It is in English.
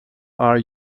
are